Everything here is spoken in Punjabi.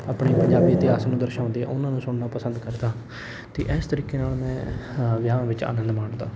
ਆਪਣੇ ਪੰਜਾਬੀ ਇਤਿਹਾਸ ਨੂੰ ਦਰਸਾਉਂਦੇ ਆ ਉਹਨਾਂ ਨੂੰ ਸੁਣਨਾ ਪਸੰਦ ਕਰਦਾ ਹਾਂ ਅਤੇ ਇਸ ਤਰੀਕੇ ਨਾਲ ਮੈਂ ਅ ਵਿਆਹ ਵਿੱਚ ਆਨੰਦ ਮਾਣਦਾ